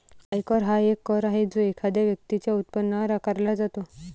आयकर हा एक कर आहे जो एखाद्या व्यक्तीच्या उत्पन्नावर आकारला जातो